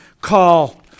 call